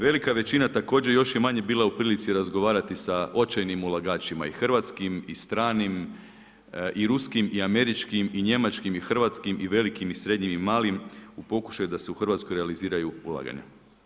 Velika većina također još je manje bila u prilici razgovarati sa očajnim ulagačima i hrvatskim i stranim i ruskim i američkim i njemačkim i hrvatskim i velikim i srednjim i malim u pokušaju da se u Hrvatskoj realiziraju ulaganja.